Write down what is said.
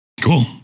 cool